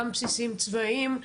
גם בסיסים צבאיים,